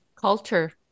Culture